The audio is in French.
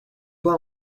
pas